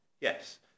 Yes